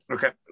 Okay